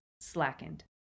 slackened